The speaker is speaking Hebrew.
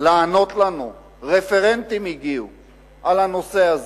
לענות לנו על הנושא הזה.